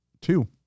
Two